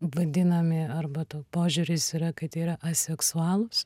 vadinami arba to požiūris yra kad yra aseksualas